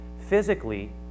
Physically